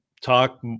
talk